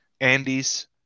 Andy's